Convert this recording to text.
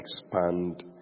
expand